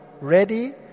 ready